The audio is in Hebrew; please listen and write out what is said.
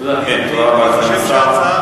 תודה רבה לסגן השר.